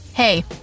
Hey